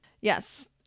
Yes